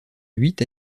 huit